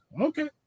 Okay